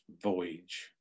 voyage